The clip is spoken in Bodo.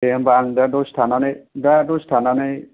दे होनबा आं दा दसे थानानै दा दसे थानानै